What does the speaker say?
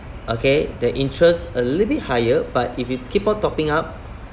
okay the interest a little bit higher but if you keep on topping up